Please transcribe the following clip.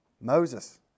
Moses